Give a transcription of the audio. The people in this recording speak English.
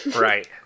Right